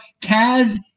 Kaz